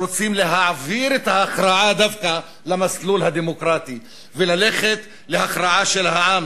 שרוצים להעביר את ההכרעה דווקא למסלול הדמוקרטי וללכת להכרעה של העם,